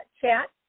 chat